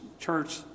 church